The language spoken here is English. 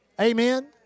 Amen